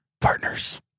Partners